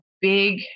big